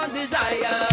desire